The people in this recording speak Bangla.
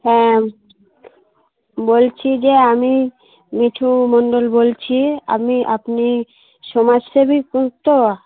হ্যাঁ বলছি যে আমি মিঠু মন্ডল বলছি আমি আপনি সমাজসেবী তো